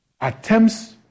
attempts